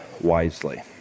wisely